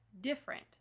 different